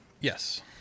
Yes